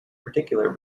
particular